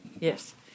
Yes